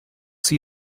see